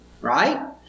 right